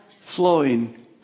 flowing